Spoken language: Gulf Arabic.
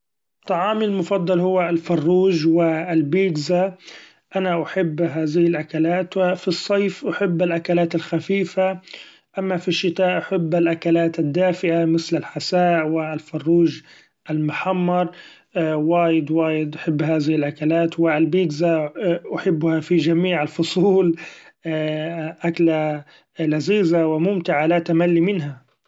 طعامي المفضل هو الفروج و البيتزا ، أنا أحب هذه الأكلات و في الصيف أحب الأكلات الخفيفة ، أما في الشتاء أحب الأكلات الدافئه مثل: الحساء و الفروج المحمر وايد وايد أحب هذه الاكلات ، و البيتزا أحبها في جميع الفصول أكلة لذيذة و ممتعه لا تمل منها.